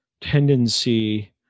tendency